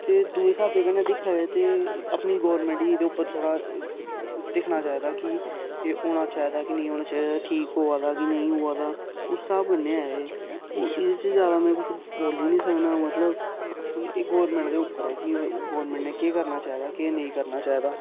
ते दूए स्हाबै कन्नै दिक्खा जाए ते अपनी गौरमेंट गी एह्दे उप्पर थोह्ड़ा दिक्खना चाहिदा कि एह् होना चाहिदा कि नेईं होना चाहिदा ठीक होआ दा कि नेईं होआ दा उस स्हाब कन्नै ऐ एह् हून एह्दे च जादा में कुछ बोली निं सकना मतलब एह् गौरमेंट दे उप्पर ऐ कि गौरमेंट ने केह् करना चाहिदा केह् नेईं करना चाहिदा